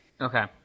Okay